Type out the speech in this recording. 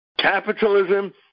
Capitalism